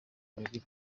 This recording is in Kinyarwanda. babiri